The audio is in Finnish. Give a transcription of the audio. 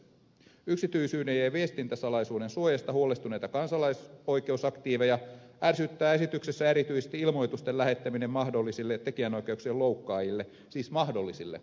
yksityisyyden ja viestintäsalaisuuden suojasta huolestuneita kansalaisoikeusaktiiveja ärsyttää esityksessä erityisesti ilmoitusten lähettäminen mahdollisille tekijänoikeuksien loukkaajille siis mahdollisille loukkaajille